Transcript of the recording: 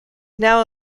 now